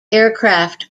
aircraft